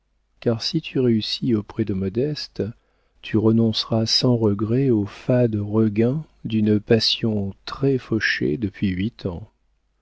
car si tu réussis auprès de modeste tu renonceras sans regret aux fades regains d'une passion très fauchée depuis huit ans